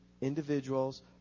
individuals